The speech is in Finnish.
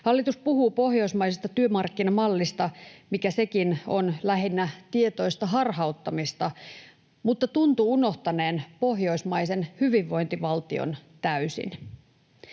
Hallitus puhuu pohjoismaisesta työmarkkinamallista, mikä sekin on lähinnä tietoista harhauttamista, mutta tuntuu unohtaneen pohjoismaisen hyvinvointivaltion täysin.